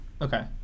Okay